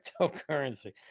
cryptocurrency